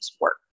work